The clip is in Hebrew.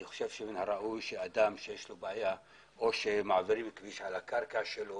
אני חושב שמן הראוי שאדם שיש לו בעיה או שמעבירים כביש על הקרקע שלו